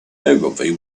ogilvy